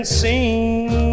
seen